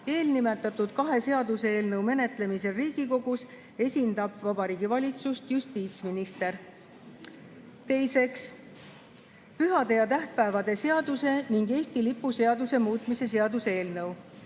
Eelnimetatud kahe seaduseelnõu menetlemisel Riigikogus esindab Vabariigi Valitsust justiitsminister. [Kolmandaks], pühade ja tähtpäevade seaduse ning Eesti lipu seaduse muutmise seaduse eelnõu.